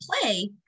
play